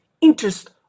interest